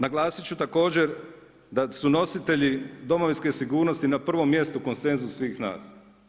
Naglasit ću također da su nositelji Domovinske sigurnosti na prvom mjestu konsenzus svih nas.